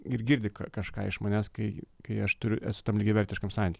ir girdi ka kažką iš manęs kai kai aš turiu esu tam lygiavertiškam santyky